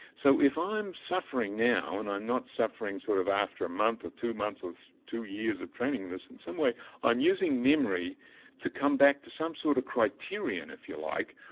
so if i'm suffering now and i'm not suffering sort of after a month or two months or two years of training in this, in some way i'm using memory to come back to some sort of criterion, if you like,